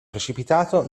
precipitato